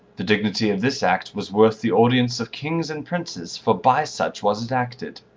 the dignity of this act was worth the audience of kings and princes for by such was it acted.